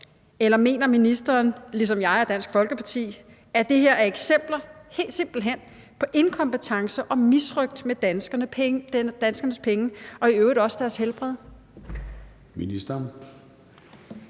Eller mener ministeren – ligesom jeg og Dansk Folkeparti – at det her simpelt hen er eksempler på inkompetence og misrøgt af danskernes penge og i øvrigt også deres helbred?